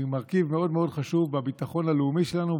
הם מרכיבים מאוד מאוד חשובים בביטחון הלאומי שלנו,